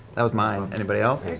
that was mine. anybody else?